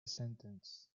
sentence